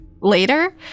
Later